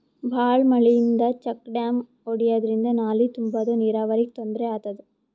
ಭಾಳ್ ಮಳಿಯಿಂದ check dam ಒಡ್ಯಾದ್ರಿಂದ ನಾಲಿ ತುಂಬಾದು ನೀರಾವರಿಗ್ ತೊಂದ್ರೆ ಆತದ